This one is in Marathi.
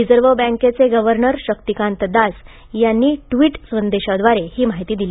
रिझर्व बँकेचे गव्हर्नर शक्तीकांत दास यांनी काल ट्वीट संदेशाद्वारे ही माहिती दिली